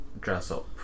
dress-up